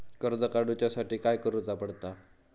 कर्ज काडूच्या साठी काय करुचा पडता?